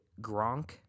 Gronk